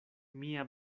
mia